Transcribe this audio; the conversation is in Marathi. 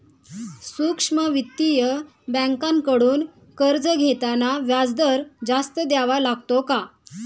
सूक्ष्म वित्तीय बँकांकडून कर्ज घेताना व्याजदर जास्त द्यावा लागतो का?